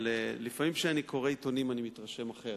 לפעמים כשאני קורא עיתונים אני מתרשם אחרת.